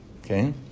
Okay